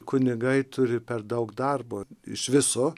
kunigai turi per daug darbo iš viso